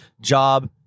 job